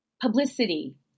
publicity